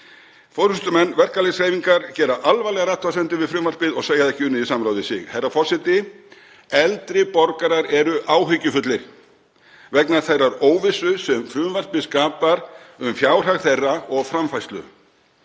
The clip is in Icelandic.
Forystumenn verkalýðshreyfingar gera alvarlegar athugasemdir við frumvarpið og segja það ekki unnið í samráði við sig. Herra forseti. Eldri borgarar eru áhyggjufullir vegna þeirrar óvissu sem frumvarpið skapar um fjárhag þeirra og framfærslu.